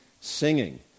singing